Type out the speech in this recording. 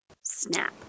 snap